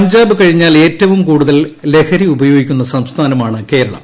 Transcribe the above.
പഞ്ചാബ് കഴിഞ്ഞാൽ ഏറ്റവും കൂടുതൽ ലഹരി ഉപയോഗിക്കുന്ന സംസ്ഥാനമാണ് കേരളം